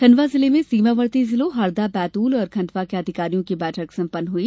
खंडवा जिले में सीमावर्ती जिलों हरदा बैतूल और खंडवा के अधिकारियों की बैठक संपन्न हुई